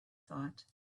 thought